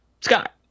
Scott